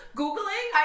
googling